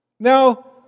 Now